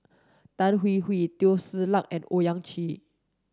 Tan Hwee Hwee Teo Ser Luck and Owyang Chi